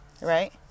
right